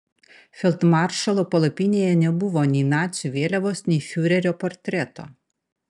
feldmaršalo palapinėje nebuvo nei nacių vėliavos nei fiurerio portreto